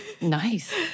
Nice